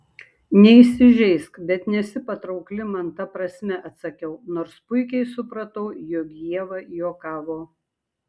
neįsižeisk bet nesi patraukli man ta prasme atsakiau nors puikiai supratau jog ieva juokavo